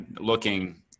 looking